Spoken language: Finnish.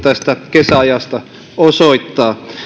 kesäajasta osoittaa